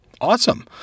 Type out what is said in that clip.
awesome